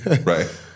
Right